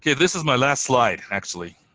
yeah this is my last slide, actually.